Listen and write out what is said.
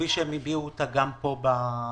כפי שהם הביעו אותה גם פה בדיון.